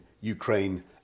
Ukraine